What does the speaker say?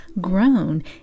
grown